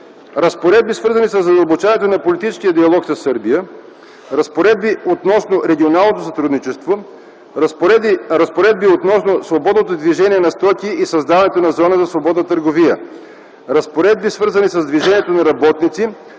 разпоредби, свързани със задълбочаването на политическия диалог със Сърбия; - разпоредби относно регионалното сътрудничество; - разпоредби относно свободното движение на стоки и създаването на зона за свободна търговия; - разпоредби, свързани с движението на работници,